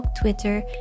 Twitter